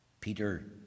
Peter